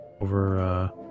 Over